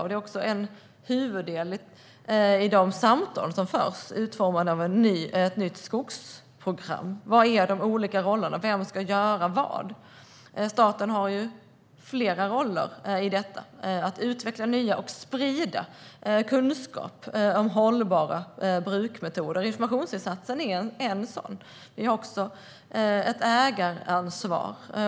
Det är också huvuddel i de samtal som förs om utformandet av ett nytt skogsprogram. Vad är de olika rollerna? Vem ska göra vad? Staten har flera roller i detta, att utveckla nya, och att sprida kunskap om, hållbara bruksmetoder. Informationsinsatsen är en sådan. Vi har också ett ägaransvar.